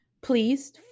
please